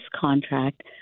contract